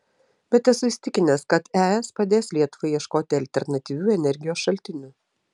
bet esu įsitikinęs kad es padės lietuvai ieškoti alternatyvių energijos šaltinių